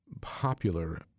popular